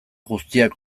guztiak